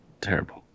terrible